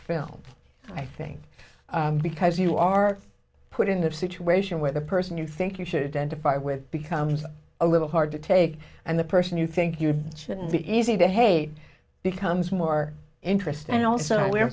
film i think because you are put into a situation where the person you think you should end a fight with becomes a little hard to take and the person you think you shouldn't be easy to hate becomes more interesting and also we're